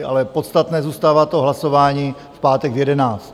Ale podstatné zůstává to hlasování v pátek v jedenáct.